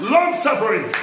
Long-suffering